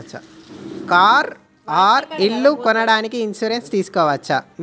Car or ఇల్లు కొనడానికి insurance తీస్కోవచ్చా?